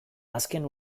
azken